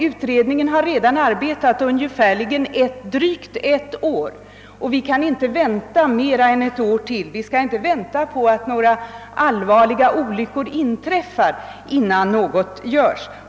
Utredningen har redan arbetat i drygt ett år, och vi kan inte vänta mer än ett år till — och under alla förhållanden inte till dess allvarliga olyckor inträffar — innan något göres.